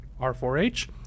R4H